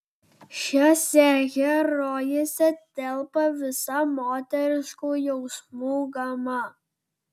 šiose herojėse telpa visa moteriškų jausmų gama